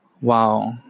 wow